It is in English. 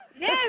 Yes